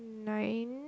nine